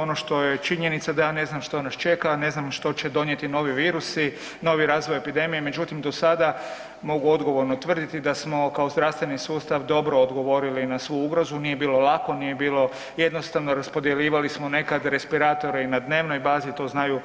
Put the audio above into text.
Ono što je činjenica da ja ne znam što nas čeka, ne znam što će donijeti novi virusi, novi razvoj epidemije, međutim do sada mogu odgovorno tvrditi da smo kao zdravstveni sustav dobro odgovorili na svu ugrozu, nije bilo lako, nije bilo jednostavno, raspodjeljivali smo nekad respiratore i na dnevnoj bazi, to znaju